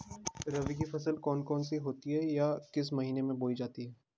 रबी की फसल कौन कौन सी होती हैं या किस महीने में बोई जाती हैं?